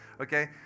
okay